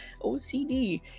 OCD